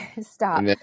Stop